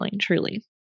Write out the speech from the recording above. truly